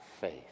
faith